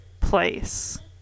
place